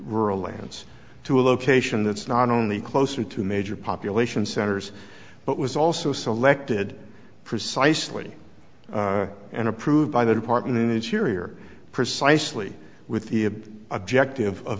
rural lands to a location that's not only closer to major population centers but was also selected precisely and approved by the department in its cheerier precisely with the objective of